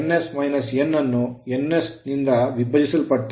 ns - n ಅನ್ನು ns ನಿಂದ ವಿಭಜಿಸಲ್ಪಟ್ಟ